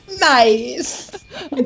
Nice